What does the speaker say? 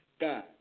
God